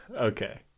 Okay